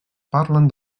parlen